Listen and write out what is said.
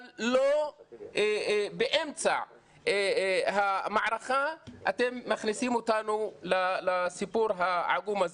אבל לא באמצע המערכה אתם מכניסים אותנו לסיפור העגום הזה.